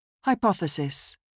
Hypothesis